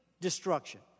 destruction